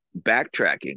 backtracking